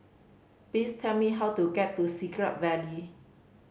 please tell me how to get to Siglap Valley